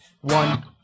One